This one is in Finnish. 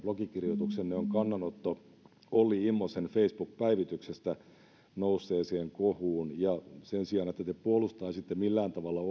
blogikirjoituksenne on kannanotto olli immosen facebook päivityksestä nousseeseen kohuun ja sen sijaan että te puolustaisitte millään tavalla